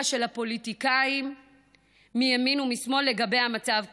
של הפוליטיקאים מימין ומשמאל לגבי המצב כאן,